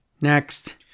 next